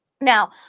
Now